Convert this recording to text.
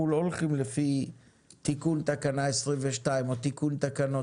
אנחנו לא הולכים לפי תיקון תקנה 22 או תיקון תקנות,